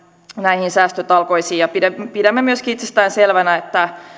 näihin säästötalkoisiin ja pidämme myöskin itsestään selvänä että